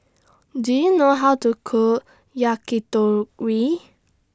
Do YOU know How to Cook Yakitori